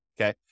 okay